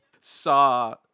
saw